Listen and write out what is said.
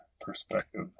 perspective